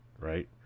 Right